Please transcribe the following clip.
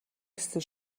гэсэн